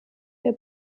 wir